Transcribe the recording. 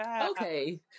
Okay